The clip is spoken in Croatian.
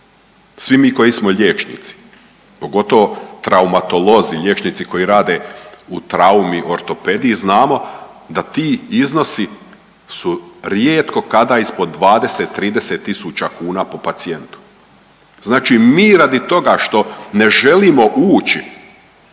Svi mi koji smo liječnici, pogotovo traumatolozi, liječnici koji rade u traumi, ortopediji znamo da ti iznosi su rijetko kada ispod 20, 30 tisuća kuna po pacijentu. Znači mi radi toga što ne želimo ući